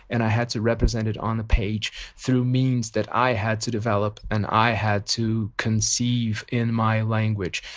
and i had to represent it on the page through means that i had to develop and i had to conceive in my language.